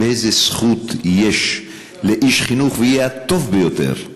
איזו זכות יש לאיש חינוך, ויהיה הטוב ביותר,